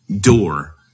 door